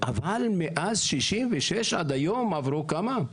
אבל מאז 66 עד היום עברו כמה?